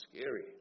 Scary